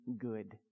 good